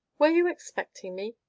were you expecting me?